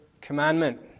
commandment